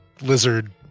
lizard